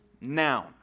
noun